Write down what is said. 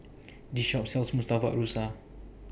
This Shop sells Murtabak Rusa